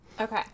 okay